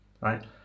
right